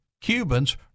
Cubans